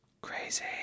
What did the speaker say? Crazy